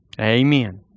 Amen